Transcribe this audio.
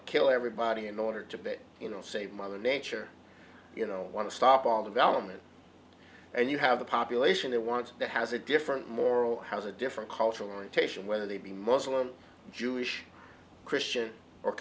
to kill everybody in order to bit you know save mother nature you know want to stop all development and you have a population that wants that has a different moral has a different cultural taishan whether they be muslim jewish christian or